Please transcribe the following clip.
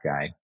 guy